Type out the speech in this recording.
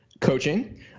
coaching